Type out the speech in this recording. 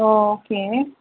okay